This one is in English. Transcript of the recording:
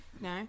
No